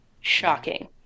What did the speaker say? Shocking